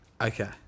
okay